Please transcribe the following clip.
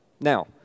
Now